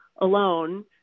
alone